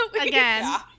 Again